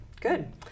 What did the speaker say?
Good